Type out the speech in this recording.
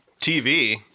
TV